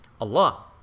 allah